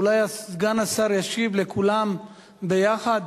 אולי סגן השר ישיב לכולם ביחד?